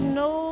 no